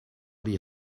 die